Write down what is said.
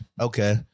Okay